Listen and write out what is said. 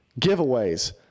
giveaways